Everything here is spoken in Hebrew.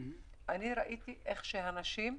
אני ראיתי איך הנשים,